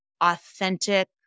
authentic